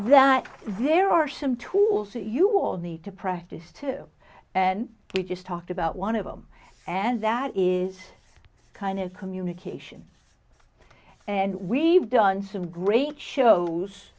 that there are some tools that you'll need to practice to and you just talked about one of them and that is kind of communication and we've done some great shows